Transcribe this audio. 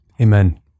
Amen